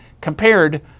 compared